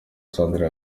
sandra